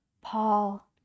Paul